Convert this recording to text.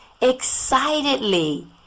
excitedly